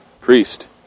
Priest